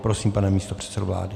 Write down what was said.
Prosím, pane místopředsedo vlády.